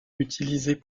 utilisée